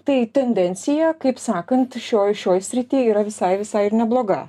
tai tendencija kaip sakant šioj šioj srity yra visai visai ir nebloga